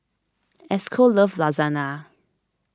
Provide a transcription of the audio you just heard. Esco loves Lasagna